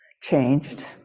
changed